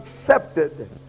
accepted